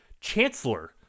chancellor